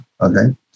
Okay